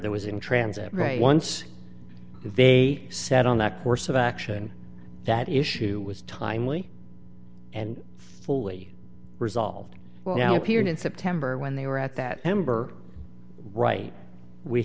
there was in transit right once if they sat on that course of action that issue was timely and fully resolved well now appeared in september when they were at that amber right we